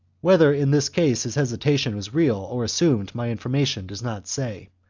whether in this case his hesitation was real or assumed my infor mation does not say.